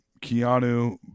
Keanu